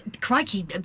crikey